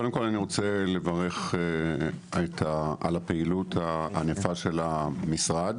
קודם כל אני רוצה לברך על הפעילות הענפה של המשרד.